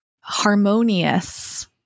harmonious